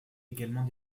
également